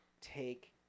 take